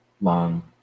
long